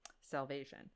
salvation